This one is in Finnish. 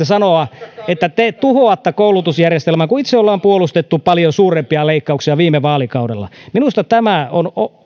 sanoa että me tuhoamme koulutusjärjestelmän kun itse olette puolustaneet paljon suurempia leikkauksia viime vaalikaudella minusta tämä on